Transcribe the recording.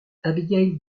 abigail